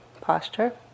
posture